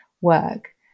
work